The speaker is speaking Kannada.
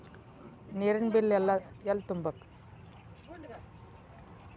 ನೇರಿನ ಬಿಲ್ ಎಲ್ಲ ತುಂಬೇಕ್ರಿ?